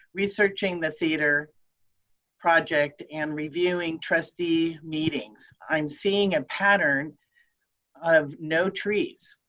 researching the theater project and reviewing trustee meetings. i'm seeing a pattern of no trees.